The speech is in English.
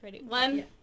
one